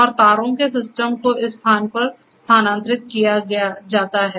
और तारों के सिस्टम को इस स्थान पर स्थानांतरित किया जाता है